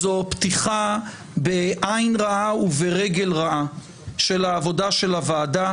זו פתיחה בעין רעה וברגל רעה של העבודה של הוועדה,